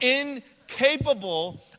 incapable